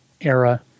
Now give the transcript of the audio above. era